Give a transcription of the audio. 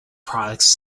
products